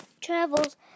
travels